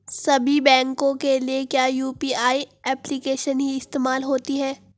सभी बैंकों के लिए क्या यू.पी.आई एप्लिकेशन ही इस्तेमाल होती है?